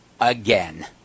again